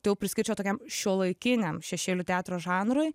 tai jau priskirčiau tokiam šiuolaikiniam šešėlių teatro žanrui